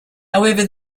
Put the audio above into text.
however